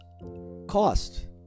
cost